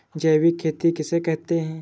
जैविक खेती किसे कहते हैं?